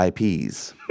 IPs